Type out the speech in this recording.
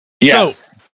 Yes